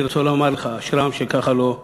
אני רוצה לומר לך, אשרי העם שככה לו,